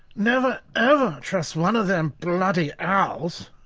never ever trust one of them bloody owls.